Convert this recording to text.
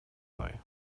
мной